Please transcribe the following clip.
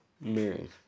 mirrors